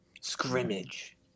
Scrimmage